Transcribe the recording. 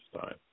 time